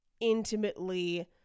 intimately